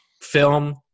film